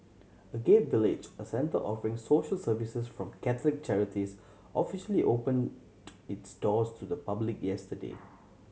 Agape Village a centre offering social services from Catholic charities officially opened its doors to the public yesterday